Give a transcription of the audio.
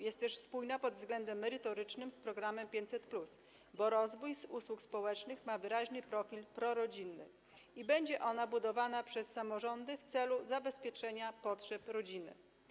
Jest też spójna pod względem merytorycznym z programem 500+, bo rozwój usług społecznych ma wyraźny profil prorodzinny i będzie ona budowana przez samorządy w celu zabezpieczenia potrzeb rodziny.